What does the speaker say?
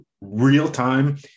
real-time